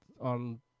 on